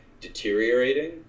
deteriorating